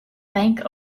bank